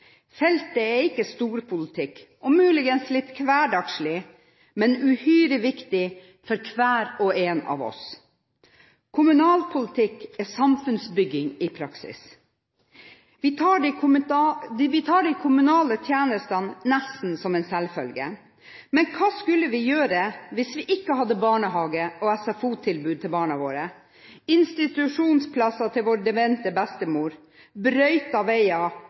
Feltet er ikke storpolitikk og muligens litt hverdagslig, men uhyre viktig for hver og en av oss. Kommunalpolitikk er samfunnsbygging i praksis. Vi tar de kommunale tjenestene nesten som en selvfølge. Men hva skulle vi gjøre hvis vi ikke hadde barnehage og SFO-tilbud til barna våre, institusjonsplass til vår demente bestemor, brøytede veier,